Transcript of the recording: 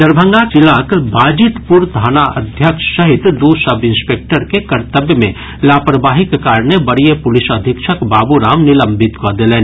दरभंगाक जिलाक बाजितपुर थानाध्यक्ष सहित दू सब इंस्पेक्टर के कर्तव्य मे लापरवाहीक कारणे वरीय पुलिस अधीक्षक बाबू राम निलंबित कऽ देलनि